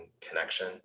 connection